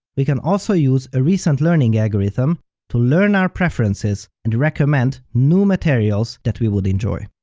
we can also use a recent learning algorithm to learn our preferences and recommend new materials that we would enjoy.